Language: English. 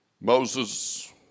Moses